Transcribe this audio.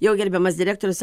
jau gerbiamas direktorius